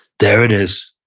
there it is.